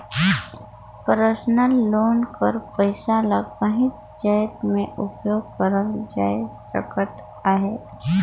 personal loan कर पइसा ल काहींच जाएत में उपयोग करल जाए सकत अहे